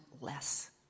less